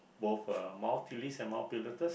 both uh Mount-Titlis and Mount-Pilatus